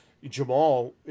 Jamal